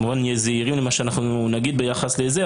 כמובן נהיה זהירים למה שאנחנו נגיד ביחס לזה,